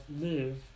live